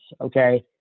okay